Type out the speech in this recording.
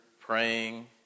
praying